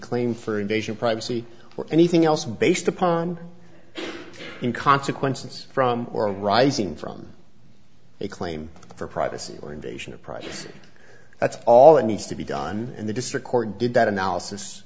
claim for invasion of privacy or anything else based upon in consequences from or arising from a claim for privacy or invasion of privacy that's all that needs to be done in the district court did that analysis